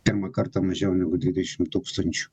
pirmą kartą mažiau negu dvidešimt tūkstančių